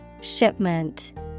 Shipment